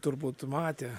turbūt matė